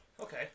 Okay